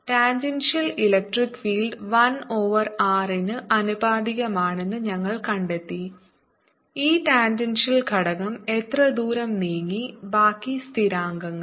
tangential electric field 1 over r ന് ആനുപാതികമാണെന്ന് ഞങ്ങൾ കണ്ടെത്തി ഈ ടാൻജൻഷ്യൽ ഘടകം എത്ര ദൂരം നീങ്ങി ബാക്കി സ്ഥിരാങ്കങ്ങൾ